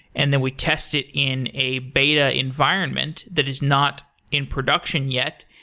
and then we test it in a beta environment that is not in production yet,